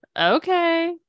Okay